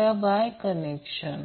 ∆ Y connection